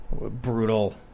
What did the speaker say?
brutal